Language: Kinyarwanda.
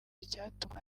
icyatuma